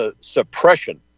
suppression